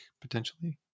potentially